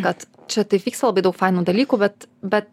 kad čia taip vyksta labai daug fainų dalykų bet be